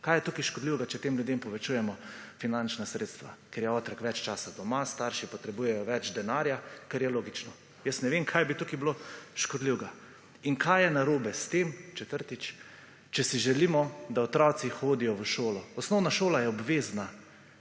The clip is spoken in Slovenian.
Kaj je tukaj škodljivega, če tem ljudem povečujemo finančna sredstva, ker je otrok več časa doma, starši potrebujejo več denarja, kar je logično. Jaz ne vem kaj bi tukaj bilo škodljivega? In kaj je narobe s tem, četrtič, če si želimo, da otroci hodijo v šolo. Osnovna šola je obvezna.